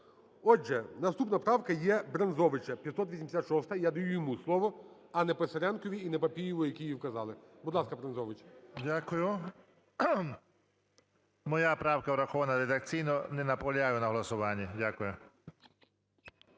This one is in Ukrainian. Отже, наступна правка єБрензовича, 586-а. Я даю йому слово, а не Писаренкові і не Папієву, які її вказали. Будь ласка, Брензович. 13:47:21 БРЕНЗОВИЧ В.І. Дякую. Моя правка врахована редакційно, не наполягаю на голосуванні. Дякую.